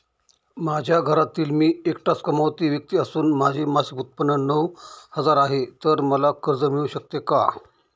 माझ्या घरातील मी एकटाच कमावती व्यक्ती असून माझे मासिक उत्त्पन्न नऊ हजार आहे, तर मला कर्ज मिळू शकते का?